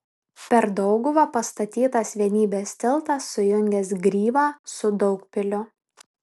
per dauguvą pastatytas vienybės tiltas sujungęs gryvą su daugpiliu